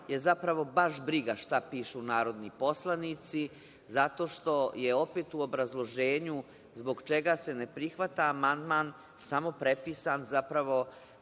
je zapravo briga šta pišu narodni poslanici, zato što je opet u obrazloženju zbog čega se ne prihvata amandman, samo prepisan zapravo